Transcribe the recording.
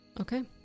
okay